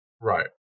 Right